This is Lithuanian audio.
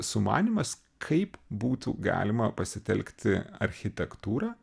sumanymas kaip būtų galima pasitelkti architektūrą